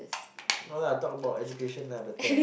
no lah talk about education lah better